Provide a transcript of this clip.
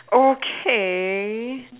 okay